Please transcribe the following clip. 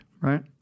right